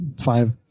five